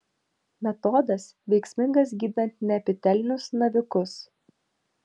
metodas veiksmingas gydant neepitelinius navikus